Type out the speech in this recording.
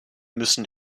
müssen